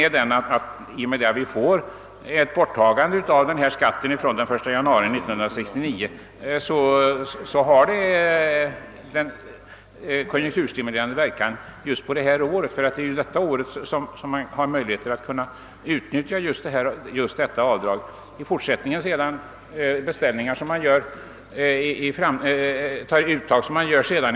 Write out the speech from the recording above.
Genom att vi tar bort den skatten den 1 januari 1969 får man en konjunkturstimulerande verkan av propositionens förslag just under innevarande år, ty det är ju i år man har möjligheter att utnyttja avdragsrätten.